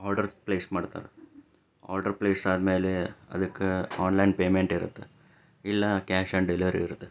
order place ಮಾಡ್ತಾರೆ order place ಆದಮೇಲೆ ಅದಕ್ಕೆ ಆನ್ಲೈನ್ ಪೇಮೆಂಟ್ ಇರುತ್ತೆ ಇಲ್ಲ ಕ್ಯಾಶ್ ಆ್ಯಂಡ್ ಡೆಲಿವರಿ ಇರುತ್ತೆ